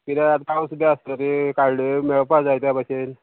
किद्या हांव सुद्दां आसलो ती काडली मेळपा जाय त्या भाशेन